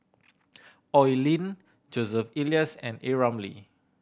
Oi Lin Joseph Elias and A Ramli